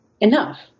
enough